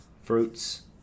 fruits